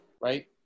right